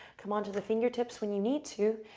come on to the fingertips when you need to.